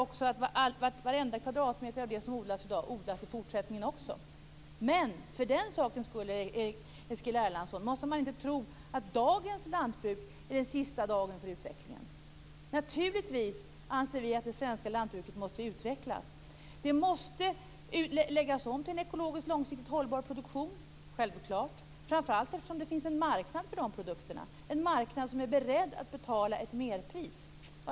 Vi önskar att varenda kvadratmeter som odlas i dag odlas i fortsättningen också. Men för den sakens skull, Eskil Erlandsson, måste man inte tro att dagens lantbruk är den sista dagen för utvecklingen. Naturligtvis anser vi att det svenska lantbruket måste utvecklas. Det måste självklart läggas om till en ekologisk, långsiktigt hållbar produktion, framför allt därför att det finns en marknad för sådana produkter, en marknad som är beredd att betala ett merpris.